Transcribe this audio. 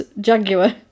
jaguar